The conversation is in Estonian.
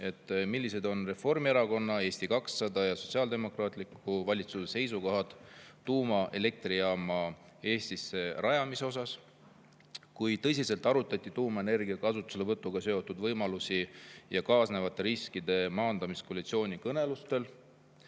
Millised on Reformierakonna, Eesti 200 ja Sotsiaaldemokraatliku [Erakonna] valitsuse seisukohad tuumaelektrijaama Eestisse rajamise [küsimuses]? Kui tõsiselt arutati tuumaenergia kasutuselevõtuga seotud võimalusi ja kaasnevate riskide maandamist koalitsioonikõnelustel?